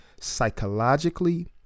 psychologically